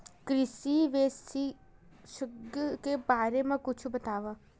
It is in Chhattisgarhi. कृषि विशेषज्ञ के बारे मा कुछु बतावव?